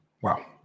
Wow